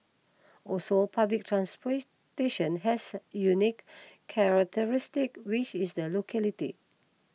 also public transportation has unique characteristics which is the locality